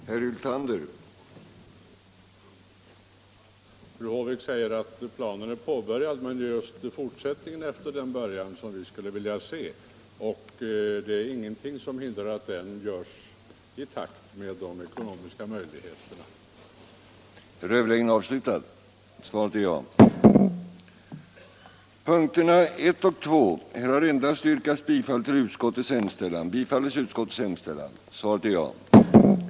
Herr talman! Fru Håvik säger att planen är påbörjad, men det är just fortsättningen efter den början som vi skulle vilja se. Det är ingenting som hindrar att den görs i takt med de ekonomiska möjligheterna. den det ej vill röstar nej. den det ej vill röstar nej. den det ej vill röstar nej. 190 den det ej vill röstar nej.